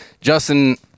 Justin –